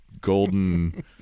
golden